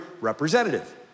representative